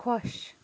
خۄش